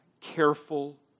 careful